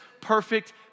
perfect